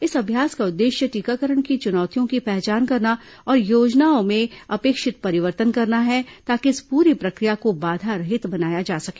इस अभ्यास का उद्देश्य टीकाकरण की चनौतियों की पहचान करना और योजना में अपेक्षित परिवर्तन करना है ताकि इस पूरी प्रक्रिया को बाधारहित बनाया जा सके